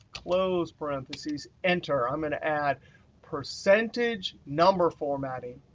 close parentheses, enter. i'm going to add percentage number formatting,